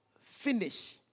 finish